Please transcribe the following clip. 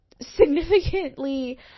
significantly